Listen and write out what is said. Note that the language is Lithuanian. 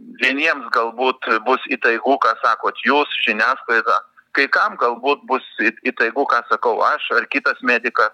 vieniems galbūt bus įtaigu ką sakot jūs žiniasklaida kai kam galbūt bus įtaigu ką sakau aš ar kitas medikas